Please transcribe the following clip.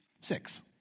six